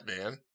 man